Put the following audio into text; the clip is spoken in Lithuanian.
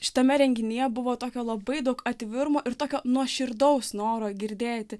šitame renginyje buvo tokio labai daug atvirumo ir tokio nuoširdaus noro girdėti